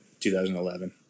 2011